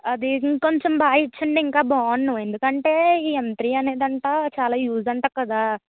అది ఇంకొంచెం బాగా ఇచ్ఛుంటే ఇంకా బాగుండును ఎందుకంటే ఈ ఎం త్రీ అనేదంట చాలా యూస్అంట కదా